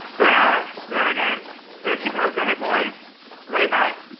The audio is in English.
there there again there she blows ahead boys lay back